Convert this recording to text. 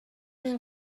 این